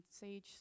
sage